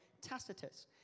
Tacitus